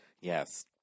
Yes